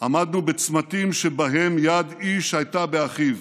עמדנו בצמתים שבהם יד איש הייתה באחיו.